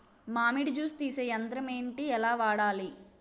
మామిడి జూస్ తీసే యంత్రం ఏంటి? ఎలా వాడాలి?